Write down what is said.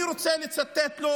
אני רוצה לצטט לו